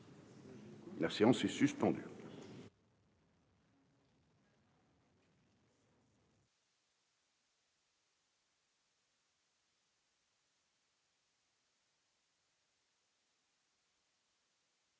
La séance est suspendue.